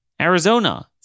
Arizona